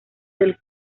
del